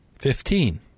Fifteen